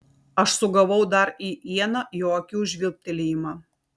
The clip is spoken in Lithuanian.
aš sugavau dar į ieną jo akių žvilgtelėjimą